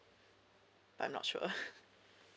I'm not sure